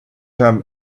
him